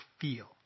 feel